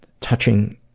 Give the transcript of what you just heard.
touching